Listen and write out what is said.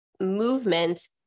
movement